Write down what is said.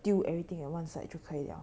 丢 everything at one side 就可以了